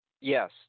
Yes